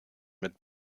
mit